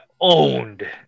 owned